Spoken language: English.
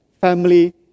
family